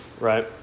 right